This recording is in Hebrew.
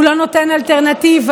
הוא לא נותן אלטרנטיבה,